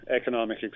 economic